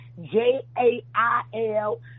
J-A-I-L